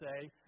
say